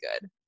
good